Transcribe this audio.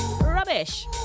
Rubbish